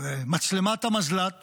ומצלמת המזל"ט